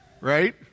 Right